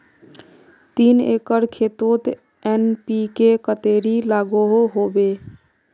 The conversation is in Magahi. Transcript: तीन एकर खेतोत एन.पी.के कतेरी लागोहो होबे?